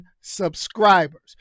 subscribers